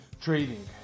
trading